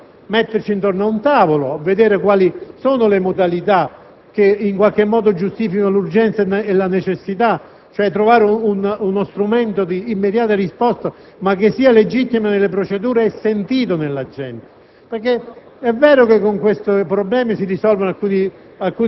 offese non si risolve il problema. Siamo pronti a metterci attorno ad un tavolo, a vedere le modalità che giustificano l'urgenza e la necessità, trovando uno strumento di immediata risposta ma che sia legittimo nelle procedure e sentito dalla gente.